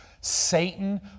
Satan